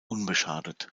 unbeschadet